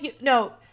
no